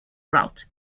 route